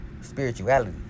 spirituality